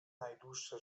najdłuższe